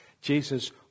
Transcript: Jesus